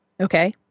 okay